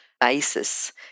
basis